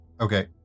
Okay